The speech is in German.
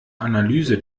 analyse